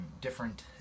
different